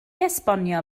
esbonio